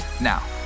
Now